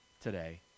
today